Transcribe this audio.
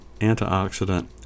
antioxidant